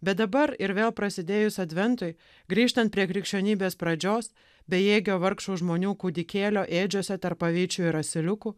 bet dabar ir vėl prasidėjus adventui grįžtant prie krikščionybės pradžios bejėgio vargšų žmonių kūdikėlio ėdžiose tarp avyčių ir asiliukų